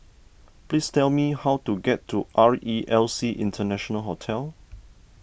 please tell me how to get to R E L C International Hotel